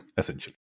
essentially